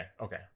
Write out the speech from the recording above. okay